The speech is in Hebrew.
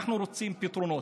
אנחנו רוצים פתרונות.